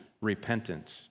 repentance